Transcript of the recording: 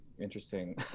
interesting